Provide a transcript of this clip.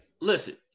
listen